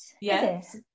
Yes